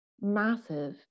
massive